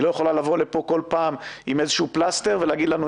היא לא יכולה לבוא לפה כל פעם עם פלסטר ולהגיד לנו,